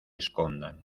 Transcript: escondan